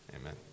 amen